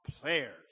players